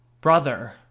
brother